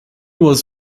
was